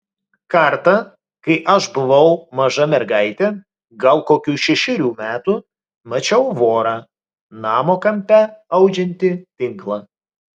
kartą kai aš buvau maža mergaitė gal kokių šešerių metų mačiau vorą namo kampe audžiantį tinklą